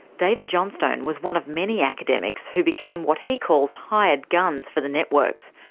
david johnstone was one of many academics who became what he calls hired guns for the networks,